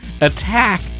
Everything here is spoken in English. Attack